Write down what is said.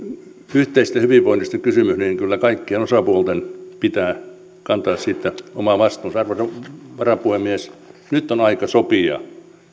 yhteisestä hyvinvoinnista kysymys niin kyllä kaikkien osapuolten pitää kantaa siitä oma vastuunsa arvoisa varapuhemies nyt on aika sopia